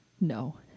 No